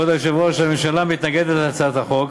כבוד היושב-ראש, הממשלה מתנגדת להצעת החוק